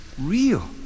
real